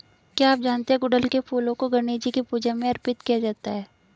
क्या आप जानते है गुड़हल के फूलों को गणेशजी की पूजा में अर्पित किया जाता है?